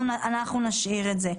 אנחנו נשאיר את זה.